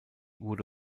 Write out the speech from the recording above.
wurde